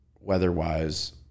weather-wise